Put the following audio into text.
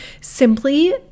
simply